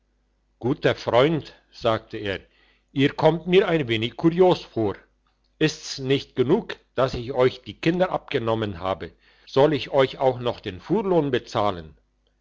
guter freund sagte er ihr kommt mir ein wenig kurios vor ist's nicht genug dass ich euch die kinder abgenommen habe soll ich euch auch noch den fuhrlohn bezahlen